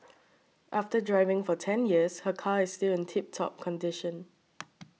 after driving for ten years her car is still in tip top condition